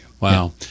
Wow